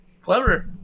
Clever